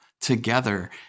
together